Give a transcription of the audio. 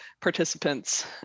participants